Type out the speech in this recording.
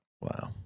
Wow